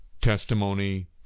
testimony